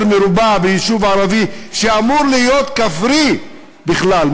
מרובע ביישוב ערבי שאמור להיות כפרי בכלל,